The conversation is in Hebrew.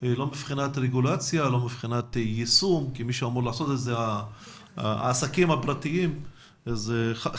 מבחינת רגולציה ויישום כי העסקים הפרטיים הם אלה שאמורים לעשות את זה,